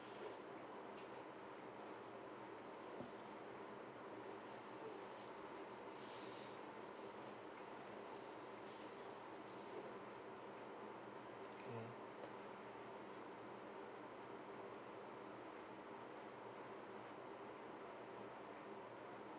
mm